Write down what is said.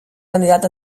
candidat